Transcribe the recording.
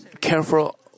careful